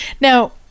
Now